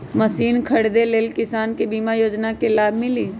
Machine खरीदे ले किसान के बीमा योजना के लाभ मिली?